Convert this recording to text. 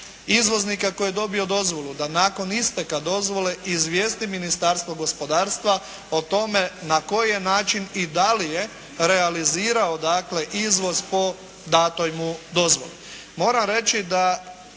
izvoznika tko je dobio dozvolu da nakon isteka dozvole izvijesti Ministarstvo gospodarstva o tome na koji je način i da li je realizirao dakle izvoz po datoj mu dozvoli.